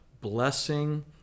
blessing